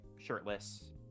shirtless